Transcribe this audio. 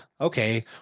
Okay